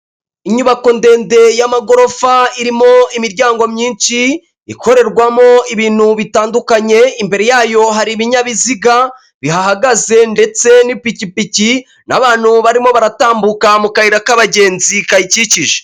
Inyubako ndende y'amagorofa irimo imiryango myinshi ikorerwamo ibintu bitandukanye, imbere yayo hari ibinyabiziga bihahagaze ndetse n'pikipiki n'abantu barimo baratambuka mu kayira k'abagenzi kayikikije.